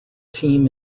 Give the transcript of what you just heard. team